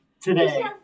Today